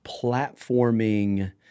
platforming